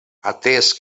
atès